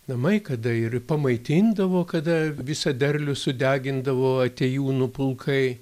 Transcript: namai kada ir pamaitindavo kada visą derlių sudegindavo atėjūnų pulkai